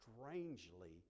strangely